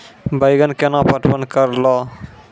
बैंगन केना पटवन करऽ लो?